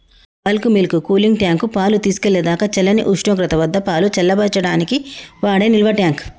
bulk milk cooling tank, పాలు తీసుకెళ్ళేదాకా చల్లని ఉష్ణోగ్రత వద్దపాలు చల్లబర్చడానికి వాడే నిల్వట్యాంక్